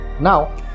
Now